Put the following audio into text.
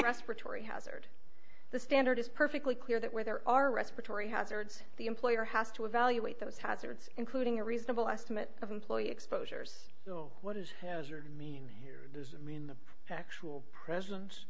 respiratory hazard the standard is perfectly clear that where there are respiratory hazards the employer has to evaluate those hazards including a reasonable estimate of employee exposures what is hazard mean here in the actual pres